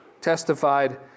testified